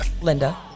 Linda